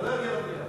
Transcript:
זה לא יגיע למליאה.